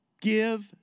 Give